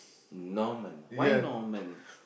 Norman why Norman